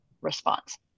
response